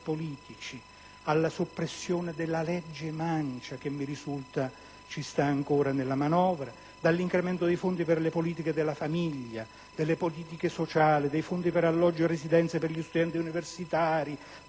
politici; alla soppressione della legge mancia che mi risulta ancora presente nella manovra; dall'incremento dei fondi per le politiche della famiglia, delle politiche sociali dei fondi per alloggi e residenze per gli studenti universitari